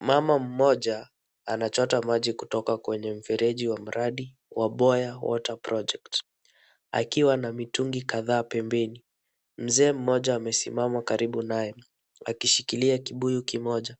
Mama mmoja anachota maji kutoka kwenye mfereji wa mradi wa Boya Water Project, akiwa na mitungi kadhaa pembeni. Mzee mmoja amesimama karibu naye, akishikilia kibuyu kimoja.